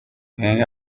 wenger